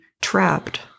trapped